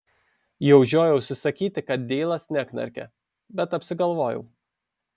jau žiojausi sakyti kad deilas neknarkia bet apsigalvojau